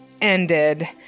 ended